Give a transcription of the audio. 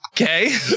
Okay